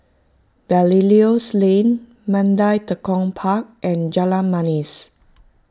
Belilios Lane Mandai Tekong Park and Jalan Manis